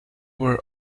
were